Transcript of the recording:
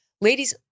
ladies